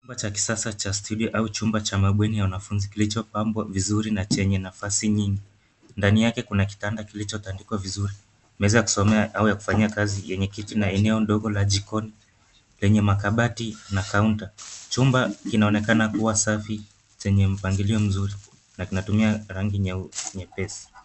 Chumba cha kisasa cha studio au chumba cha mabweni ya wanafunzi kilichopambwa vizuri na chenye nafasi nyingi. Ndani yake kuna kitanda kilichotandikwa vizuri. Meza ya kusomea au ya kufanyia kazi yenye kiti , eneo ndogo la jikoni lenye makabati na kaunta. Chumba kinaonekana kuwa safi zenye mpangilio mzuri lakini natumia rangi nyepesi.